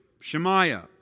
Shemaiah